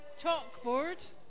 chalkboard